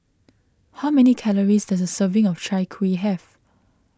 how many calories does a serving of Chai Kuih have